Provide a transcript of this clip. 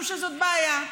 משום שזאת בעיה.